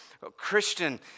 Christian